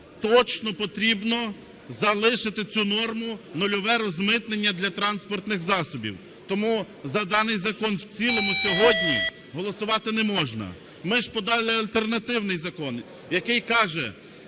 точно потрібно залишити цю норму – нульове розмитнення для транспортних засобів. Тому за даний закон в цілому сьогодні голосувати не можна. Ми ж подали альтернативний закон, який каже,